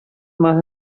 más